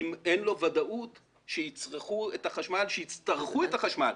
אין לו ודאות שיצרכו את החשמל שיצטרכו את החשמל.